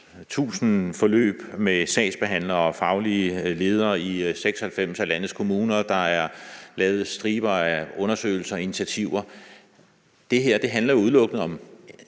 tusind forløb med sagsbehandlere og faglige ledere i 96 af landets kommuner. Der er lavet striber af undersøgelser og initiativer. Det her handler udelukkende om